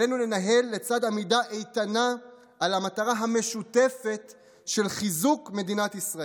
עלינו לנהל לצד עמידה איתנה על המטרה המשותפת של חיזוק מדינת ישראל.